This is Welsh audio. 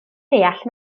deall